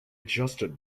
adjusted